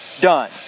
Done